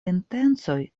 intencoj